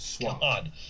God